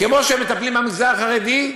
כמו שהם מטפלים במגזר החרדי,